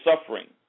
suffering